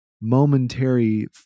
momentary